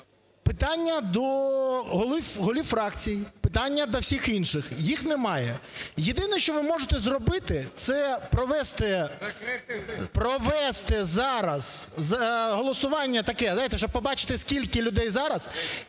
Питання до голів фракцій, питання до всіх інших, їх немає. Єдине, що ви можете зробити, це провести зараз голосування таке, знаєте, щоб побачити, скільки людей зараз,